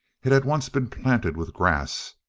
it had once been planted with grass,